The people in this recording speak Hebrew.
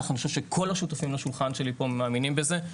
כך אני חושב שכל השותפים לשולחן שלי פה מאמינים בזה,